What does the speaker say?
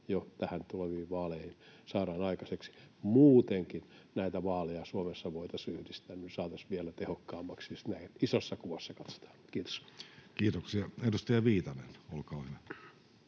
jo tuleviin vaaleihin saadaan aikaiseksi. Muutenkin vaaleja Suomessa voitaisiin yhdistää, niin että tätä saataisiin vielä tehokkaammaksi, jos näin isossa kuvassa katsotaan. — Kiitos. Kiitoksia. — Edustaja Viitanen, olkaa hyvä.